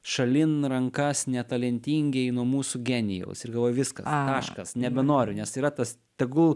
šalin rankas netalentingieji nuo mūsų genijaus ir galvoju viskas taškas nebenoriu nes yra tas tegul